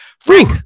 Freak